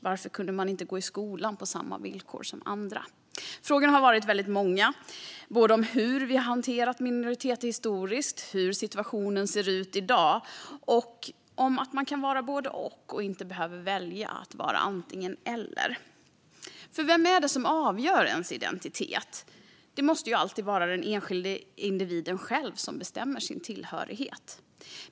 Varför kunde man inte gå i skolan på samma villkor som andra? Frågorna har varit väldigt många om hur vi historiskt har hanterat minoriteter, om hur situationen ser ut i dag och om att man inte behöver välja att vara det ena eller det andra utan kan vara både och. Vem är det som avgör ens identitet? Det måste alltid vara den enskilde individen själv som bestämmer sin tillhörighet.